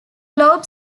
globe